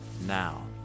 now